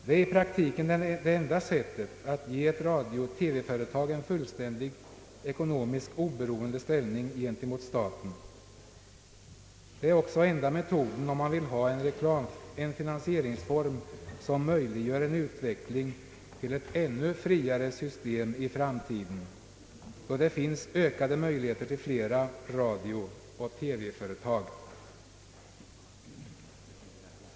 Det är i praktiken det enda sättet att ge ett radio-TV-företag ett fullständigt ekonomiskt oberoende gentemot staten. Det är också enda metoden om man vill ha en finansieringsform som möjliggör en utveckling till ett ännu friare system i framtiden, då det finns ökade möjligheter till flera radiooch TV-företag.